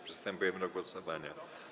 Przystępujemy do głosowania.